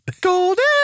Golden